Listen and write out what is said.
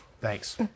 Thanks